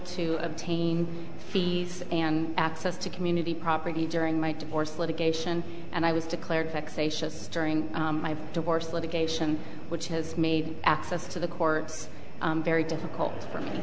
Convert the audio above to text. to obtain fees and access to community property during my divorce litigation and i was declared fixations during my divorce litigation which has made access to the courts very difficult for